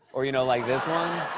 or, you know, like this one.